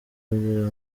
kugira